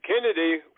Kennedy